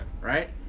right